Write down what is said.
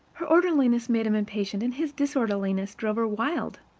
her orderliness made him impatient, and his disorderliness drove her wild.